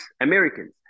americans